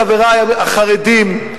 חברי החרדים,